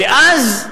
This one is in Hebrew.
ואז,